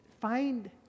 find